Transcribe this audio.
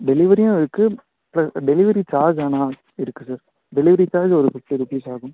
டெலிவரியும் இருக்குது இப்போ டெலிவரி சார்ஜ் ஆனால் இருக்குது சார் டெலிவரி சார்ஜ் ஒரு ஃபிஃப்டி ருபீஸ் ஆகும்